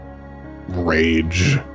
rage